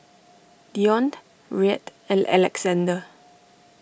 Dionne Reid and Alexander